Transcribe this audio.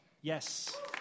Yes